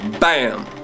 BAM